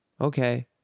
Okay